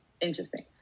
Interesting